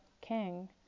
King